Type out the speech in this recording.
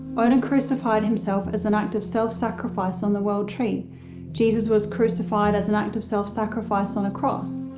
odin crucified himself as an act of self-sacrifice on the world tree jesus was crucified as an act of self-sacrifice on a cross,